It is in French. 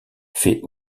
fait